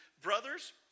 brothers